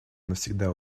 навсегда